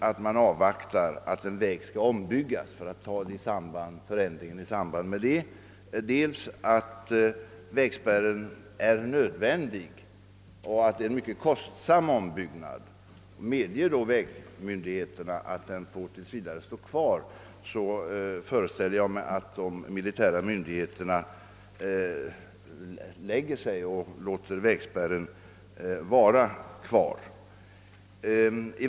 Om man avvaktar att en väg skall ombyggas för att ta ändringen i samband därmed eller om vägspärren är nödvändig och en ombyggnad är mycket kostsam, medger <vägmyndigheterna «att spärren tills vidare får stå kvar. Jag föreställer mig att de militära myndigheterna i så fall också låter den vara kvar.